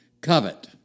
Covet